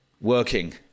working